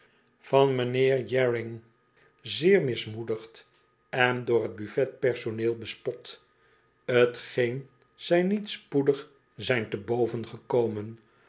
van mijnheer jairing zeer mismoedigd en door t buffet personeel bespot t geen zij niet spoedig zijn te boven gekomen